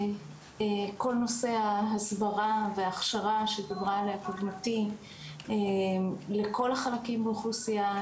כל נושא ההסברה וההכשרה שדיברה עליה קודמתי לכל החלקים באוכלוסייה,